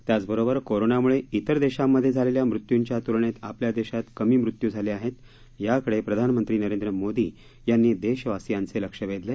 त्याचबरोबर कोरोनाम्ळे इतर देशांमध्ये झालेल्या मृत्यूंच्या त्लनेत आपल्या देशात कमी मृत्यू झाले आहेत याकडे प्रधानमंत्री नरेंद्र मोदी यांनी देशवासियांचे लक्ष वेधले